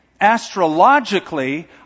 Astrologically